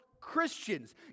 Christians